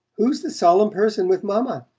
who's the solemn person with mamma?